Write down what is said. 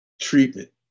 treatment